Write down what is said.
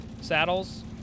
saddles